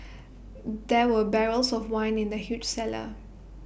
there were barrels of wine in the huge cellar